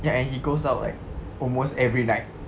ya and he goes out like almost every night